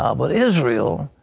ah but israel,